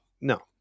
No